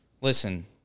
listen